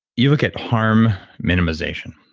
you look at harm minimization.